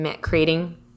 creating